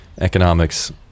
economics